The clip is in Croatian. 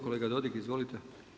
Kolega Dodig izvolite.